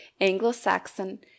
anglo-saxon